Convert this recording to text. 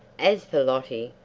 as for lottie,